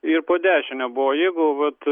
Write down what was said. ir po dešine buvo jeigu vat